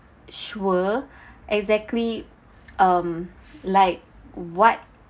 sure exactly um like what